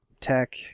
tech